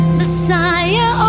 messiah